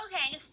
Okay